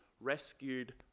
rescued